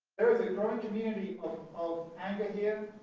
growing community of anger here.